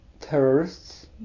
terrorists